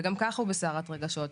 וגם ככה הוא בסערת רגשות,